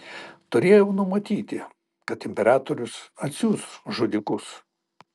turėjau numatyti kad imperatorius atsiųs žudikus